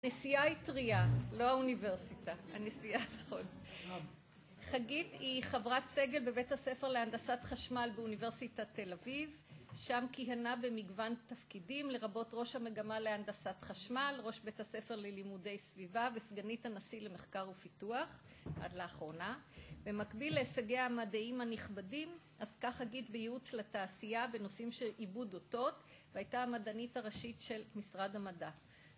הנסיעה היא טריה, לא האוניברסיטה. הנסיעה, נכון. חגית היא חברת סגל בבית הספר להנדסת חשמל באוניברסיטת תל אביב. שם כיהנה במגוון תפקידים לרבות ראש המגמה להנדסת חשמל, ראש בית הספר ללימודי סביבה וסגנית הנשיא למחקר ופיתוח, עד לאחרונה. במקביל להישגיה המדעים הנכבדים, עסקה חגית בייעוץ לתעשייה בנושאים של עיבוד אותות והייתה המדענית הראשית של משרד המדע.